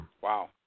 Wow